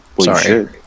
Sorry